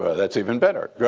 that's even better. go